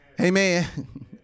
Amen